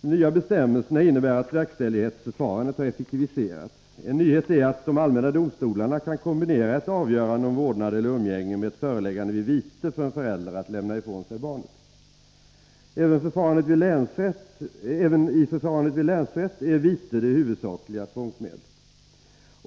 De nya bestämmelserna innebär att verkställighetsförfarandet har effektiviserats. En nyhet är att de allmänna domstolarna kan kombinera ett avgörande om vårdnad eller umgänge med ett föreläggande vid vite för en förälder att lämna ifrån sig barnet. Även i förfarandet vid länsrätt är vite det huvudsakliga tvångsmedlet.